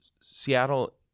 Seattle